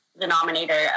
denominator